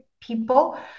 people